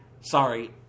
Sorry